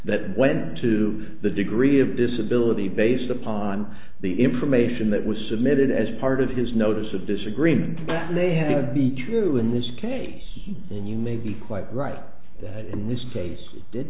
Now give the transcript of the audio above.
that went to the degree of disability based upon the information that was submitted as part of his notice of disagreement may have be true in this case and you may be quite right that in this case